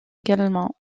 également